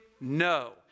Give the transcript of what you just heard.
No